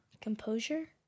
Composure